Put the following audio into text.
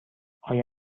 آیا